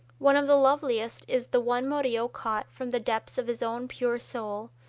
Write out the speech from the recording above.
one of the loveliest is the one murillo caught from the depths of his own pure soul,